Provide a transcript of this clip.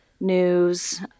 news